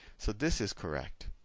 so this is correct.